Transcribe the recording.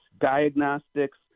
diagnostics